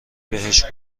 بهش